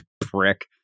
prick